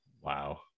Wow